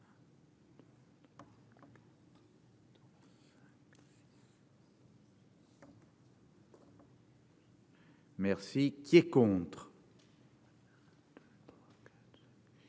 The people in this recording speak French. Merci qui est contre.